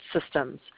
systems